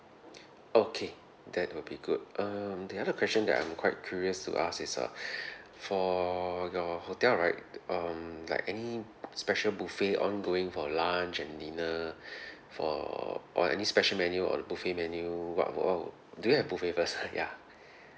okay that would be good um the other question that I'm quite curious to ask is uh for your hotel right the um like any special buffet ongoing for lunch and dinner for or any special menu on the buffet menu what w~ or do you have buffet first ah ya